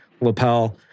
lapel